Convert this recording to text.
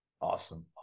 awesome